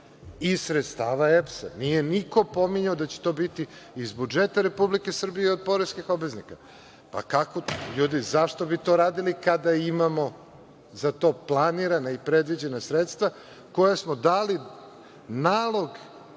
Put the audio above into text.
Iz sredstava EPS-a, niko nije pominjao da će to biti iz budžeta Republike Srbije od poreskih obveznika. Pa kako ljudi? Zašto bi to radili kada imamo za to planirana i predviđena sredstva, koja smo dali nalog